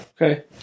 Okay